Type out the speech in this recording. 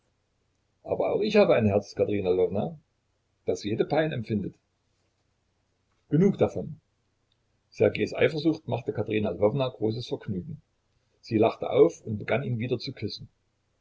aber auch ich habe ein herz katerina lwowna das jede pein empfindet genug davon ssergejs eifersucht machte katerina lwowna großes vergnügen sie lachte auf und begann ihn wieder zu küssen